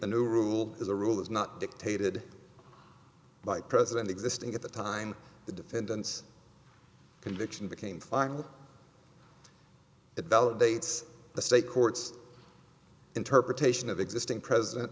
the new rule as a rule is not dictated by president existing at the time the defendant's conviction became final it validates the state courts interpretation of existing president